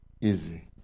easy